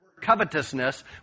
covetousness